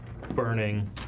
burning